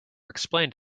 explained